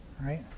right